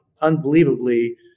unbelievably